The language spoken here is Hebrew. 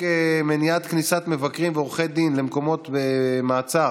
המיוחדת לקורונה, לשם הכנתה לקריאה שנייה ושלישית.